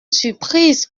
surprise